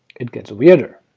it gets weirder!